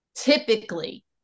typically